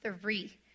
three